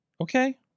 Okay